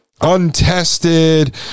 untested